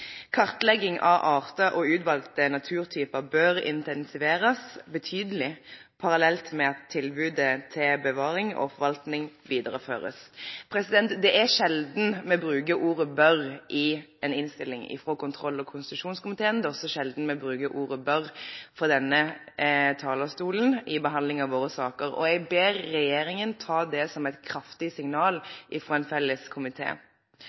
Kartlegging av arter og utvalgte naturtyper bør intensiveres betydelig, parallelt med at tilbudet til bevaring og forvaltning videreføres. Det er sjelden vi bruker ordet «bør» i en innstilling fra kontroll- og konstitusjonskomiteen. Det er også sjelden vi bruker ordet «bør» fra denne talerstolen i behandlingen av våre saker, og jeg ber regjeringen ta det som et kraftig